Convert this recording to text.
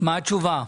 מה התשובה?